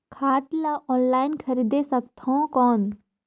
खाद ला ऑनलाइन खरीदे सकथव कौन?